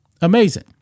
Amazing